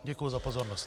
Děkuju za pozornost.